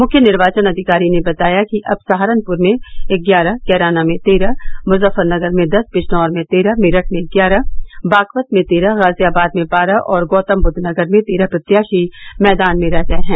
मुख्य निर्वाचन अधिकारी ने बताया कि अब सहारनुपर में ग्यारह कैराना में तेरह मुजफ्फरनगर में दस बिजनौर में तेरह मेरठ में ग्यााह बागपत में तेरह गाजियाबादमें बारह और गौतमबुद्वनगर में तेरह प्रत्याशी मैदान में रह गये हैं